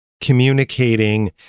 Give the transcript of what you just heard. Communicating